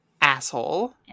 Asshole